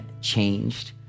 changed